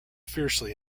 fiercely